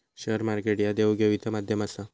share market ह्या देवघेवीचा माध्यम आसा